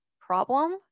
problem